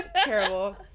Terrible